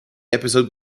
episode